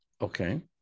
Okay